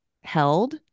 held